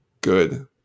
good